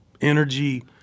energy